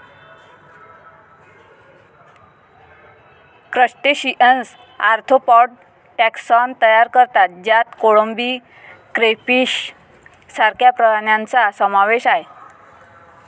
crustaceans arthropod taxon तयार करतात ज्यात कोळंबी, क्रेफिश सारख्या प्राण्यांचा समावेश आहे